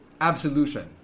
Absolution